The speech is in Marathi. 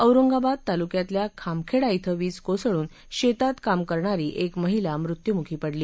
औरंगाबाद तालुक्यातल्या खामखेडा इथं वीज कोसळून शेतात काम करणारी क्र महिला मृत्युमुखी पडली